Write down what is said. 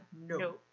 no